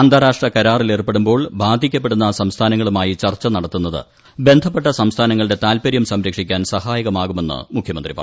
അന്താരാഷ്ട്ര കരാറിലേർപ്പെടുമ്പോൾ ബാധിക്കപ്പെടുന്ന സംസ്ഥാനങ്ങളുമായി ചർച്ച നടത്തുന്നത് ബന്ധപ്പെട്ട സംസ്ഥാനങ്ങളുടെ താൽപ്പര്യം സംരക്ഷിക്കാൻ സഹായകമാകുമെന്ന് മുഖ്യ്മുന്ത്രി പറഞ്ഞു